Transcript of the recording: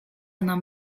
nam